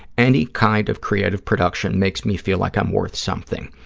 any kind of creative production makes me feel like i'm worth something.